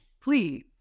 please